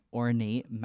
ornate